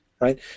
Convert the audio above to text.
right